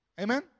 Amen